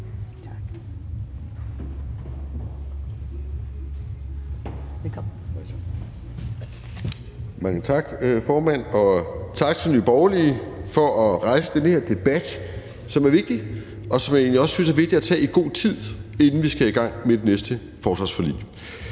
(RV): Mange tak, formand, og tak til Nye Borgerlige for at rejse den her debat, som er vigtig, og som jeg egentlig også synes er vigtig at tage i god tid, inden vi skal i gang med det næste forsvarsforlig.